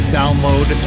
download